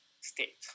state